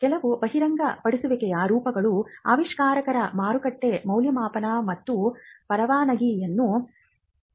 ಕೆಲವು ಬಹಿರಂಗಪಡಿಸುವಿಕೆಯ ರೂಪಗಳು ಆವಿಷ್ಕಾರಕ ಮಾರುಕಟ್ಟೆ ಮೌಲ್ಯಮಾಪನ ಮತ್ತು ಪರವಾನಗಿಯನ್ನು ಕೋರಬಹುದು